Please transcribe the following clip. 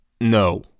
No